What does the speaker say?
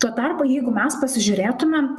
tuo tarpu jeigu mes pasižiūrėtumėm